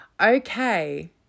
okay